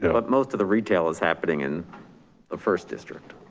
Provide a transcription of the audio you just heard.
and but most of the retail is happening in the first district.